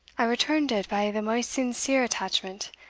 i returned it by the maist sincere attachment,